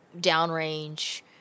downrange